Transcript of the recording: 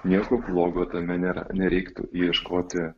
nieko blogo tame nėra nereiktų ieškoti